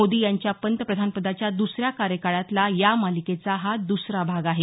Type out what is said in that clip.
मोदी यांच्या पंतप्रधानपदाच्या दुसऱ्या कार्यकाळातला या मालिकेचा हा दुसरा भाग आहे